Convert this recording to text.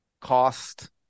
cost